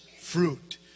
fruit